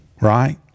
right